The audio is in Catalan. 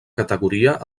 categoria